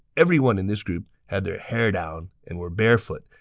everyone in this group had their hair down and were barefoot,